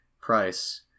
price